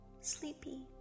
sleepy